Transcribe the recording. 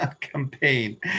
campaign